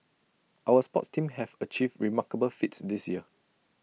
our sports teams have achieved remarkable feats this year